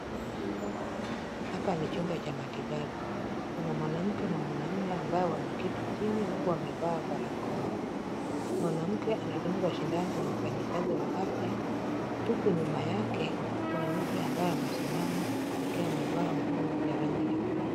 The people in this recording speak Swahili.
Hapa ni chumba cha matibabu. Kuna mwanamke na mwanaume ambao wameketi chini huku wamevaa barakoa. Mwanamke anadungwa sindano na mfanyikazi wa afya, huku nyuma yake kuna mtu ambaye amesimama akiwa amevaa nguo ya rangi ya buluu.